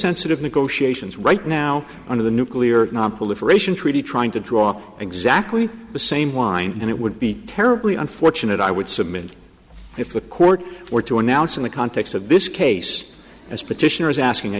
sensitive negotiations right now under the nuclear nonproliferation treaty trying to draw exactly the same line and it would be terribly unfortunate i would submit if the court were to announce in the context of this case as petitioners asking a